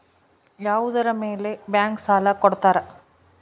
ಯಾವುದರ ಮೇಲೆ ಬ್ಯಾಂಕ್ ಸಾಲ ಕೊಡ್ತಾರ?